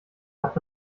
hat